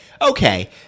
okay